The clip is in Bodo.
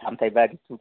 सामथाइबारिसिम